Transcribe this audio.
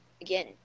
again